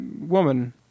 woman